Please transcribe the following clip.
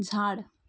झाड